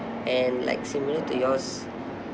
and like similar to yours